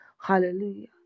hallelujah